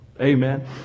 Amen